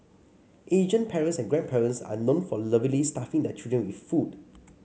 Asian parents and grandparents are known for lovingly stuffing their children with food